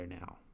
now